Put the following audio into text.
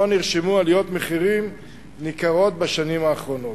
פה נרשמו עליות מחירים ניכרות בשנים האחרונות.